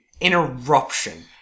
interruption